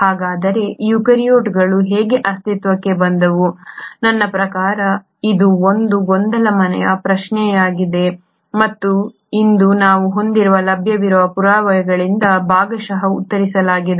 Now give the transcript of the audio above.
ಹಾಗಾದರೆ ಯೂಕ್ಯಾರಿಯೋಟ್ಗಳು ಹೇಗೆ ಅಸ್ತಿತ್ವಕ್ಕೆ ಬಂದವು ನನ್ನ ಪ್ರಕಾರ ಇದು ಒಂದು ಗೊಂದಲಮಯ ಪ್ರಶ್ನೆಯಾಗಿದೆ ಮತ್ತು ಇಂದು ನಾವು ಹೊಂದಿರುವ ಲಭ್ಯವಿರುವ ಪುರಾವೆಗಳಿಂದ ಭಾಗಶಃ ಉತ್ತರಿಸಲಾಗಿದೆ